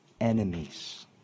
enemies